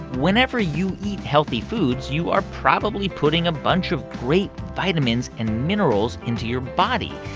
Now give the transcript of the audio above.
whenever you eat healthy foods, you are probably putting a bunch of great vitamins and minerals into your body.